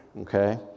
Okay